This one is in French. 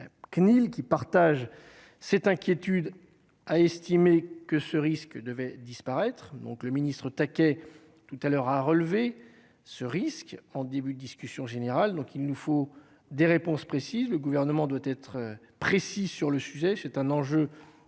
CNIL, qui partagent cette inquiétude, a estimé que ce risque devait disparaître, donc le ministre Taquet tout à l'heure à relever ce risque en début de discussion générale, donc il nous faut des réponses précises, le gouvernement doit être précis sur le sujet, c'est un enjeu